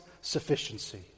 sufficiency